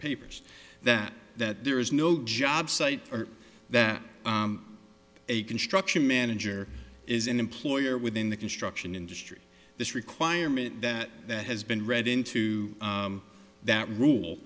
papers that that there is no job site or that a construction manager is an employer within the construction industry this requirement that has been read into that rule